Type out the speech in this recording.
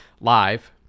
live